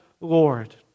Lord